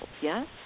Yes